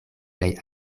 plej